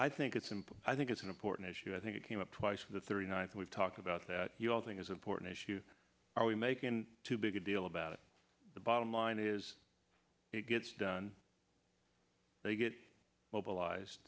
i think it's simple i think it's an important issue i think it came up twice from the thirty ninth we've talked about that you all think is important issue are we making too big a deal about it the bottom line is it gets done they get mobilized